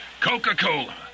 Coca-Cola